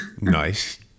Nice